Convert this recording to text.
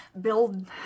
build